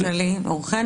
אני נטלי אור חן,